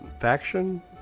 faction